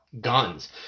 guns